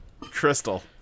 Crystal